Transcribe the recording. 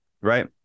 right